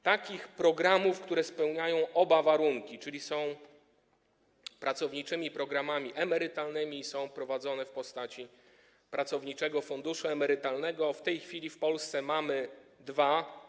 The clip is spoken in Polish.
Takich programów, które spełniają oba warunki, czyli są pracowniczymi programami emerytalnymi i są prowadzone w postaci pracowniczego funduszu emerytalnego, w tej chwili w Polsce mamy dwa.